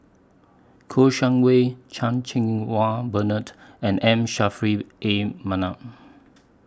Kouo Shang Wei Chan Cheng Wah Bernard and M Saffri A Manaf